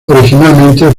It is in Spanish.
originalmente